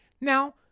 Now